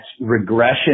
regression